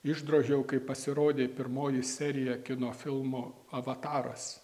išdrožiau kai pasirodė pirmoji serija kino filmo avataras